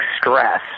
stress